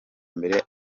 mbere